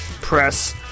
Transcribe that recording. press